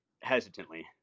hesitantly